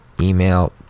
Email